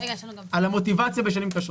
על המוטיבציה בשנים קשות.